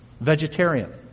Vegetarian